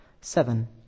Seven